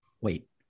wait